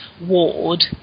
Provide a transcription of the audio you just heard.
ward